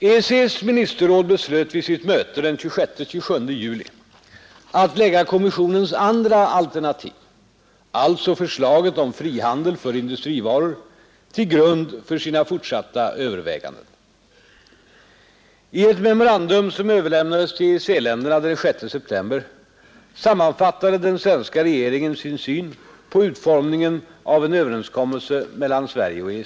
EEC:s ministerråd beslöt vid sitt möte den 26—27 juli att lägga kommissionens andra alternativ, alltså förslaget om frihandel för industrivaror, till grund för sina fortsatta överväganden. I ett memorandum som överlämnades till EEC-länderna den 6 september sammanfattade den svenska regeringen sin syn på utformningen av en överenskommelse mellan Sverige och EEC.